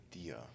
idea